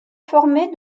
formée